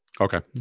Okay